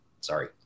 Sorry